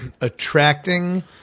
attracting